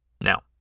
Now